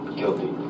guilty